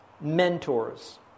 mentors